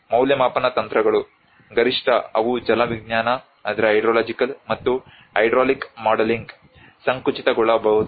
ಮತ್ತು ಮೌಲ್ಯಮಾಪನ ತಂತ್ರಗಳು ಗರಿಷ್ಠ ಅವು ಜಲವಿಜ್ಞಾನ ಮತ್ತು ಹೈಡ್ರಾಲಿಕ್ ಮಾಡೆಲಿಂಗ್ಗೆ ಸಂಕುಚಿತಗೊಳ್ಳಬಹುದು